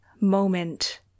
moment